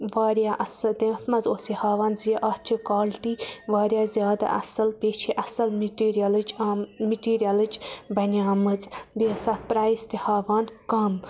واریاہ اصٕل یتھ مَنٛز اوس یہِ ہاوان زِ اَتھ چھِ کالٹی واریاہ زیادٕ اصٕل بیٚیہِ چھِ اصٕل میٹیٖریَلٕچ میٹیٖریَلٕچ بَنیمٕژ بیٚیہِ ٲسۍ اتھ پرایس تہِ ہاوان کَم